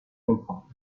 comprendre